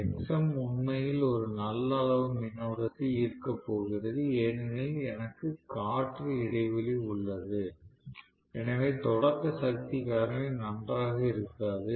Xm உண்மையில் ஒரு நல்ல அளவு மின்னோட்டத்தை ஈர்க்கப் போகிறது ஏனெனில் எனக்கு காற்று இடைவெளி உள்ளது எனவே தொடக்க சக்தி காரணி நன்றாக இருக்காது